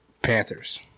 Panthers